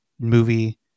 movie